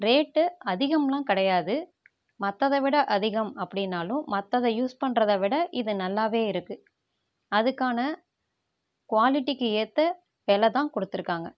rate அதிகம்லாம் கிடையாது மற்றத விட அதிகம் அப்படினாலும் மற்றத யூஸ் பண்ணுறத விட இது நல்லாவே இருக்குது அதுக்கான குவாலிட்டிக்கு ஏற்ற வெலை தான் கொடுத்துருக்காங்க